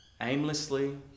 aimlessly